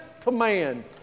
command